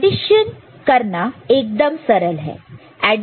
audition करना एकदम सरल है